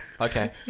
Okay